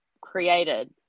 created